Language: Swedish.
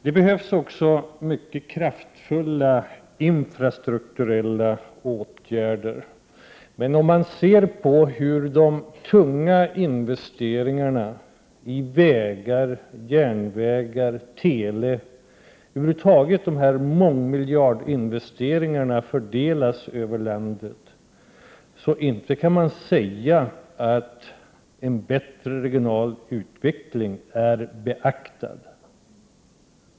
Det behövs också mycket kraftfulla infrastrukturella åtgärder. Men om man ser hur de tunga investeringarna i vägar, järnvägar och tele och över huvud taget mångmiljardinvesteringarna fördelas över landet, kan man inte säga att en bättre regional utveckling är beaktad.